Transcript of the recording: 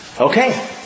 Okay